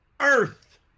earth